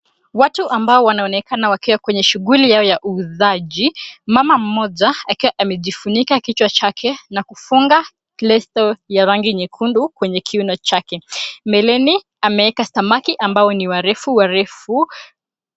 Watu ambao wanaonekana wakiwa katika shughuli yao ya uuzaji. Mama mmoja akiwa amejifunika kichwa chake na kufunga kileso ya rangi nyekundu kwenye kiuno chake. Mbeleni ameeka samaki ambao ni warefu warefu.